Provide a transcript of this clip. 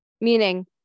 meaning